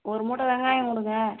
ஒரு மூட்டை வெங்காயம் கொடுங்க